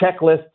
checklists